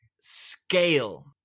scale